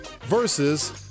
versus